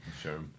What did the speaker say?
Sure